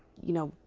you know,